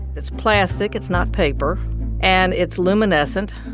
it's plastic. it's not paper and it's luminescent.